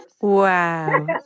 Wow